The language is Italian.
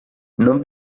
non